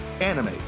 anime